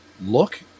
look